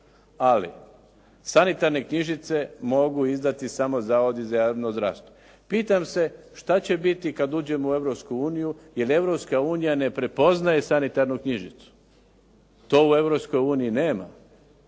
ali sanitarne knjižice mogu izdati samo zavodi za javno zdravstvo. Pitam se šta će biti kad uđemo u Europsku uniju, jer Europska unija ne prepoznaje sanitarnu knjižicu. To u Europskoj